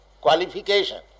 qualification